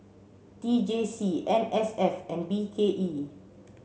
T J C N S F and B K E